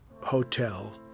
hotel